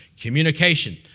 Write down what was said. Communication